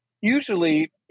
usually